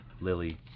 Lily